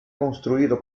construido